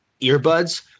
earbuds